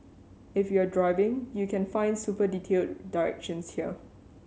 if you're driving you can find super detailed directions here